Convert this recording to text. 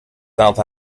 south